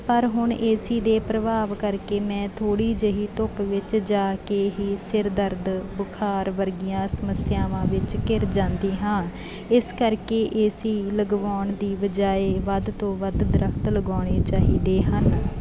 ਪਰ ਹੁਣ A C ਦੇ ਪ੍ਰਭਾਵ ਕਰਕੇ ਮੈਂ ਥੋੜ੍ਹੀ ਜਿਹੀ ਧੁੱਪ ਵਿੱਚ ਜਾ ਕੇ ਹੀ ਸਿਰ ਦਰਦ ਬੁਖਾਰ ਵਰਗੀਆਂ ਸਮੱਸਿਆਵਾਂ ਵਿੱਚ ਘਿਰ ਜਾਂਦੀ ਹਾਂ ਇਸ ਕਰਕੇ ਏ ਸੀ ਲਗਵਾਉਣ ਦੀ ਬਜਾਏ ਵੱਧ ਤੋਂ ਵੱਧ ਦਰਖੱਤ ਲਗਾਉਣੇ ਚਾਹੀਦੇ ਹਨ